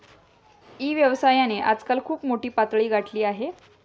E व्यवसायाने आजकाल खूप मोठी पातळी गाठली आहे